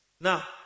Now